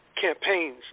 campaigns